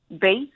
base